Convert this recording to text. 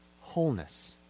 wholeness